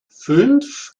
fünf